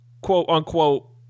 quote-unquote